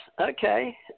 Okay